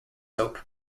hope